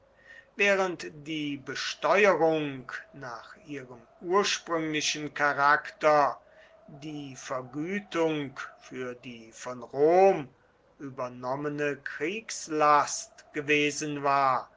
während die besteuerung nach ihrem ursprünglichen charakter die vergütung für die von rom übernommene kriegslast gewesen war